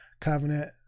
covenant